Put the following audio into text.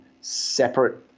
separate